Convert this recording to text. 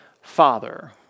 Father